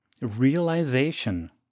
Realization